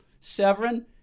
Severin